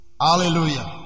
Hallelujah